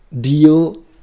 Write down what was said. deal